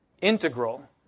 integral